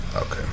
Okay